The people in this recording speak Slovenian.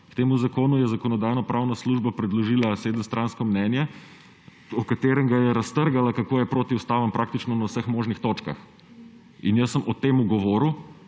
K temu zakonu je Zakonodajno-pravna služba predložila sedemstransko mnenje, v katerem ga je raztrgala, kako je protiustaven praktično na vseh možnih točkah. In jaz sem o tem govoril,